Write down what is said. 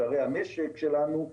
בשערי המשק שלנו,